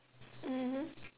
mmhmm